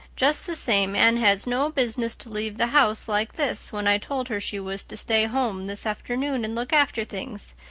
just the same, anne has no business to leave the house like this when i told her she was to stay home this afternoon and look after things.